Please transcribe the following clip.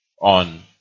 on